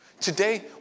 Today